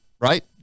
right